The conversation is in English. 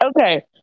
Okay